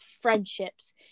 friendships